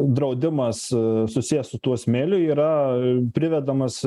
draudimas susijęs su tuo smėliu yra privedamas